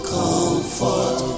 comfort